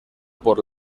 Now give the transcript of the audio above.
por